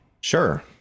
Sure